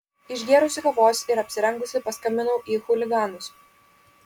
išgėrusi kavos ir apsirengusi paskambinau į chuliganus